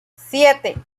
siete